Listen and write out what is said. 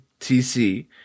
TC